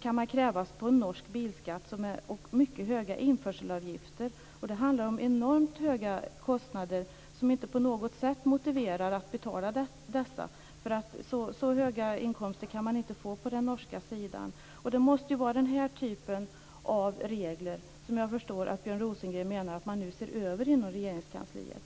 kan man krävas på en norsk bilskatt och mycket höga införselavgifter. Det handlar om enormt höga kostnader som inte på något sätt motiveras. Så höga inkomster kan man inte få på den norska sidan. Det måste vara den här typen av regler som Björn Rosengren menar att man nu ser över inom Regeringskansliet.